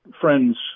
friends